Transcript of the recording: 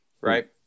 right